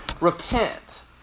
Repent